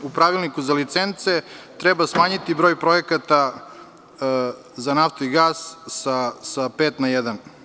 UPravilniku za licence treba smanjiti broj projekata za naftu i gas sa pet na jedan.